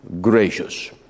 gracious